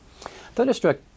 Thunderstruck